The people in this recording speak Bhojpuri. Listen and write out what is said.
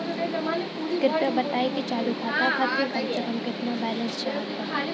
कृपया बताई कि चालू खाता खातिर कम से कम केतना बैलैंस चाहत बा